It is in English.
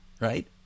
right